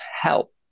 help